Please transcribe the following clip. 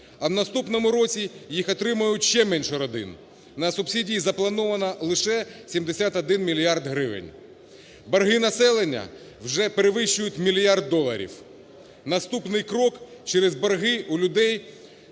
а в наступному році їх отримає ще менше родин. На субсидії заплановано лише 71 мільярд гривень. Борги населення вже перевищують мільярд доларів. Наступний крок – через борги у людей